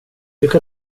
lycka